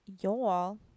Y'all